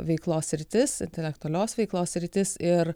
veiklos sritis intelektualios veiklos sritis ir